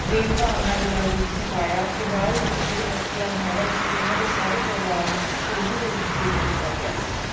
ਪ੍ਰੇਮ ਭਾਵਨਾ ਦੇ ਨਾਲ ਦੁੱਧ ਛਕਾਇਆ ਅਤੇ ਬਾਅਦ ਵਿੱਚ ਜਿਹੜੇ ਮੋਤੀਰਾਮ ਮਹਿਰਾ ਜੀ ਸੀ ਉਹਨਾਂ ਦੇ ਸਾਰੇ ਪਰਿਵਾਰ ਨੂੰ ਕੋਹਲੂ ਦੇ ਵਿੱਚ ਪੀੜ ਦਿੱਤਾ ਗਿਆ ਸੀ